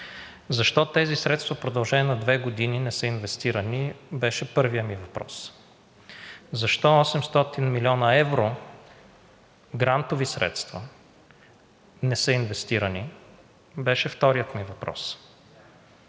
Защо тези средства в продължение на две години не са инвестирани, беше първият ми въпрос. Защо 800 млн. евро грантови средства не са инвестирани, беше вторият ми въпрос.